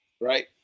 Right